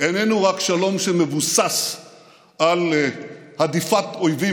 איננו רק שלום שמבוסס על הדיפת אויבים